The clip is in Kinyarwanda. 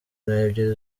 nebyiri